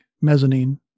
mezzanine